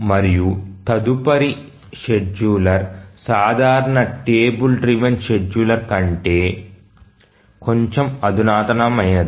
మరియు తదుపరి షెడ్యూలర్ సాధారణ టేబుల్ డ్రివెన్ షెడ్యూలర్ కంటే కొంచెం అధునాతనమైనది